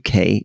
UK